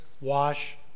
wash